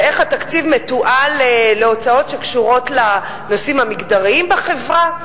ואיך התקציב מתועל להוצאות שקשורות לנושאים המגדריים בחברה.